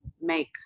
make